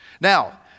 Now